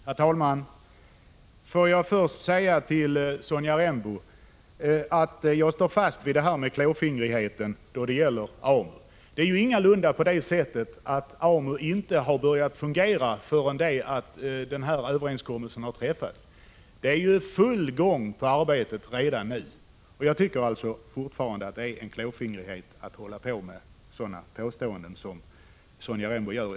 Herr talman! Låt mig först säga till Sonja Rembo att jag står fast vid det jag sade om klåfingrighet då det gäller AMU. Det är ju ingalunda så att AMU inte har börjat fungera förrän denna överenskommelse träffats. Arbetet är i full gång redan nu. Jag tycker alltså fortfarande att det är klåfingrighet att hålla på med sådana påståenden som Sonja Rembo gör.